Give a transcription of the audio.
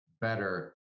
better